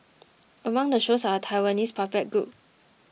among the shows are a Taiwanese puppet group